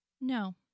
No